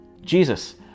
Jesus